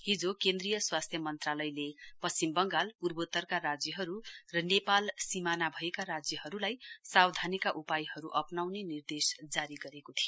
हिजो केन्द्रीय स्वास्थ्य मन्त्रालयले पश्चिम बंगाल पूर्वोत्तरका राज्यहरु र नेपाल सीमाना भएका राज्यहरुलाई सावधानीका उपायहरु अप्नाउने निर्देश जारी गरेको थियो